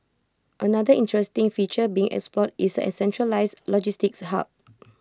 another interesting feature being explored is A centralised logistics hub